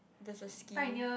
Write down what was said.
there's a scheme